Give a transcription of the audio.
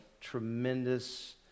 tremendous